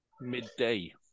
midday